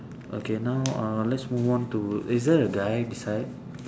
okay now uh let's move on to is there a guy beside